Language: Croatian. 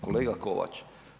Kolega Kovač.